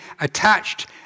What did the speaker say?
attached